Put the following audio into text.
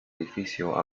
edificio